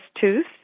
tooth